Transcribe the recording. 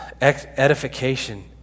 Edification